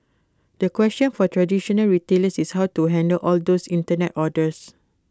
the question for traditional retailers is how to handle all those Internet orders